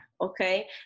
okay